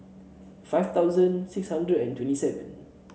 five thousand six hundred and twenty seven